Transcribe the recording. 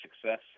success